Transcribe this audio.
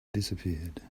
disappeared